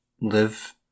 live